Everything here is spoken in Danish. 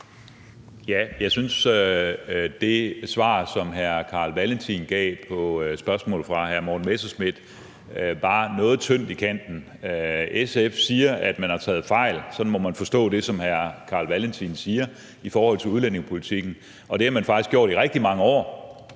Jeg synes, det svar, som hr. Carl Valentin gav på spørgsmålet fra hr. Morten Messerschmidt, var noget tyndt i kanten. SF siger, at man har taget fejl – sådan må man forstå det, som hr. Carl Valentin siger – i forhold til udlændingepolitikken, og det har man faktisk gjort i rigtig mange år,